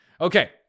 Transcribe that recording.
Okay